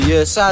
Yes